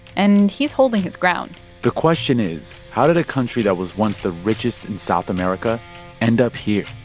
and he is holding his ground the question is, how did a country that was once the richest in south america end up here?